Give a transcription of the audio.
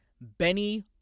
Benny